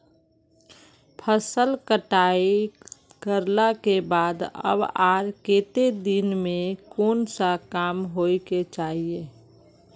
फसल कटाई करला के बाद कब आर केते दिन में कोन सा काम होय के चाहिए?